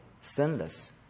sinless